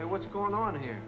and what's going on here